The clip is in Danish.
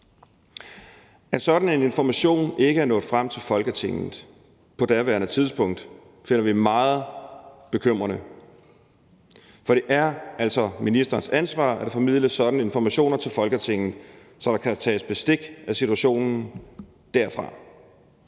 At sådan en information ikke var nået frem til Folketinget på daværende tidspunkt, finder vi meget bekymrende, for det er altså ministerens ansvar, at der formidles sådanne informationer til Folketinget, så der kan tages bestik af situationen derfra.